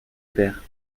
père